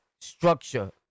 structure